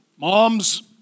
Mom's